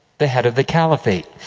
the head of the caliphate.